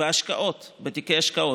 בתיקי השקעות.